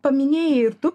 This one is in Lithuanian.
paminėjai ir tu